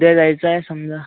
उद्या जायचं आहे समजा